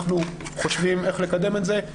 אנחנו חושבים איך לקדם את זה,